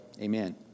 amen